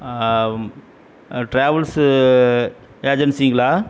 travels ஏஜென்சிங்களா